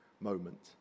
moment